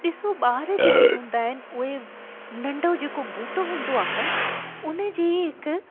ॾिसो ॿार जेके हूंदा आहिनि उहे नंढो जेको बूटो हूंदो आहे न उनजी हिकु